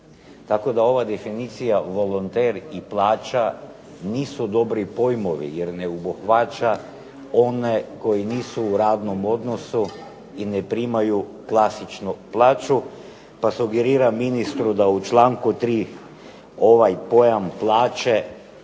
Tako da ova definicija volonter i plaća nisu dobri pojmovi jer ne obuhvaća one koji nisu u radnom odnosu i ne primaju klasično plaću, pa sugeriram ministru da u članku 3. ovaj pojam "plaće"